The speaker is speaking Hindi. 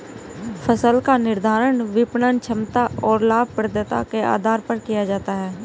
फसल का निर्धारण विपणन क्षमता और लाभप्रदता के आधार पर किया जाता है